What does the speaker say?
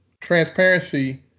transparency